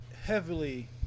heavily